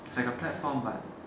it's like a platform but